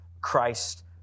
Christ